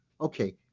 okay